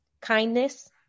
kindness